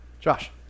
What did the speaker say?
Josh